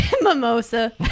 Mimosa